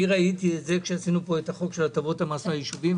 ראיתי את זה כשייסדנו את חוק הטבות המס ליישובים,